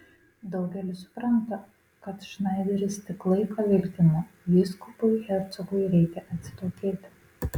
daugelis supranta kad šnaideris tik laiką vilkina vyskupui hercogui reikia atsitokėti